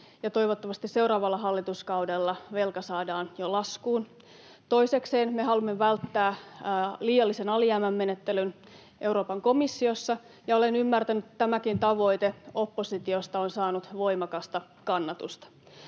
toivottavasti seuraavalla hallituskaudella velka saadaan jo laskuun. Toisekseen me haluamme välttää liiallisen alijäämän menettelyn Euroopan komissiossa, ja olen ymmärtänyt, että tämäkin tavoite on saanut voimakasta kannatusta